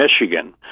Michigan